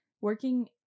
working